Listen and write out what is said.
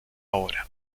obra